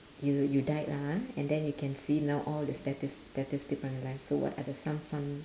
you you died lah ha and then you can see now all the statis~ statistic from your life so what are the some fun